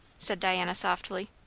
said diana softly.